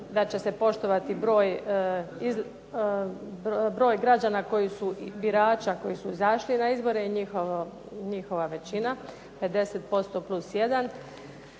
da će se poštovati broj građana birača koji su izašli na izbore i njihova većina 50% plus